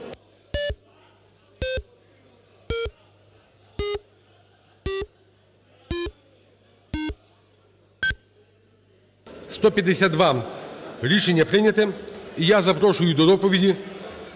За-152 Рішення прийнято. І я запрошую до доповіді